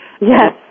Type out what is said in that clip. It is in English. Yes